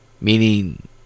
Meaning